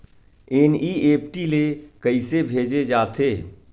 NEFT ले कइसे भेजे जाथे?